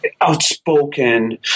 Outspoken